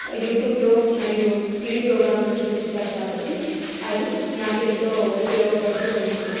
యూట్యూబ్లో మరియు టీవీ ప్రోగ్రాంలో చూపిస్తారు కాబట్టి అది నాకెంతో ఉపయోగపడుతూ ఉంటుంది